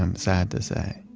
um sad to say,